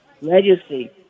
Legacy